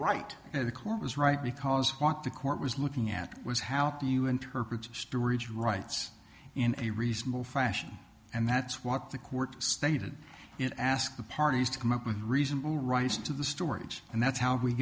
was right because quote the court was looking at was how do you interpret storage rights in a reasonable fashion and that's what the court stated it asked the parties to come up with a reasonable rise to the storage and that's how we